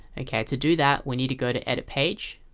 and yeah to do that, we need to go to edit page